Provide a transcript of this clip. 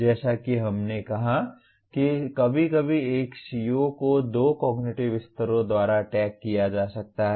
जैसा कि हमने कहा कि कभी कभी एक CO को दो कॉग्निटिव स्तरों द्वारा टैग किया जा सकता है